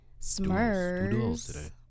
Smurfs